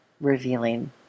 revealing